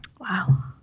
Wow